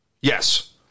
Yes